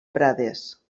prades